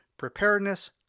preparedness